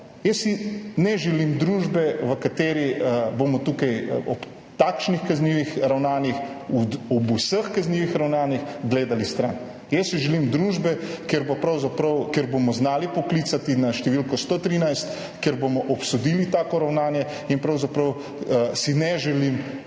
Jaz si ne želim družbe, v kateri bomo ob takšnih kaznivih ravnanjih, ob vseh kaznivih ravnanjih gledali stran. Jaz si želim družbe, kjer bomo znali poklicati na številko 113, kjer bomo obsodili tako ravnanje. Pravzaprav si ne želim,